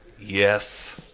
Yes